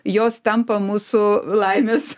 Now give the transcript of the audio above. jos tampa mūsų laimės